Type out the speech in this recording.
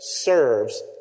serves